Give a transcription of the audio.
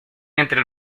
entre